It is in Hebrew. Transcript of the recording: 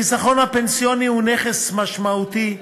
החיסכון הפנסיוני הוא נכס משמעותי,